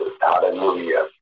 Hallelujah